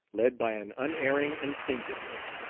led by an unerring instinctiveness,